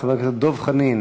חבר הכנסת דב חנין,